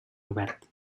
obert